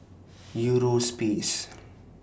Eurospace